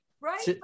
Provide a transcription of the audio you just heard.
right